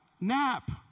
nap